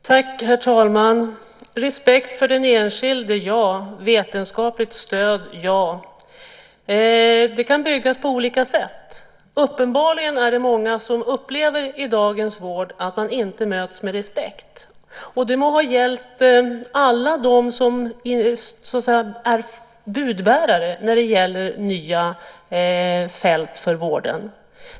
Herr talman! Respekt för den enskilde - ja. Vetenskapligt stöd - ja. Det kan byggas upp på olika sätt. Uppenbarligen upplever många att de i dagens vård inte möts med respekt. Det må ha gällt alla dem som var "budbärare" på nya fält inom vården.